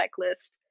checklist